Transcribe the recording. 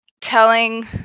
telling